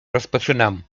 rozpoczynam